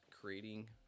creating